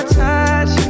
touch